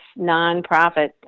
nonprofit